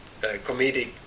comedic